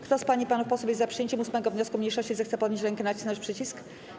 Kto z pań i panów posłów jest za przyjęciem 8. wniosku mniejszości, zechce podnieść rękę i nacisnąć przycisk.